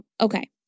Okay